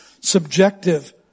subjective